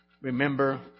Remember